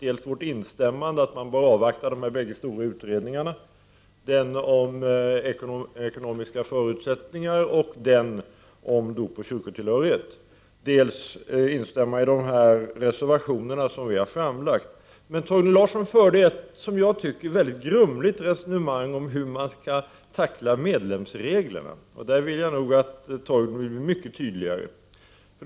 Vi har instämt i att man bör avvakta de bägge stora utredningarna, utredningen om ekonomiska förutsättningar och utredningen om dopoch kyrkotillhörighet. Jag vill också instämma i de reservationer vi har framlagt. Torgny Larsson förde ett, som jag tycker, grumligt resonemang om hur man skall tackla medlemsreglerna. Där vill jag att han uttrycker sig tydligare.